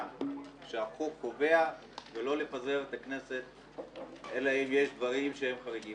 שהחוק קובע ולא לפזר את הכנסת אלא אם יש דברים חריגים.